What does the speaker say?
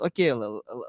okay